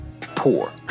poor